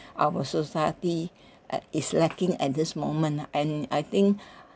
our society at is lacking at this moment nah and I think